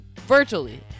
Virtually